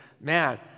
man